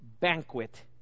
banquet